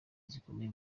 zikomeye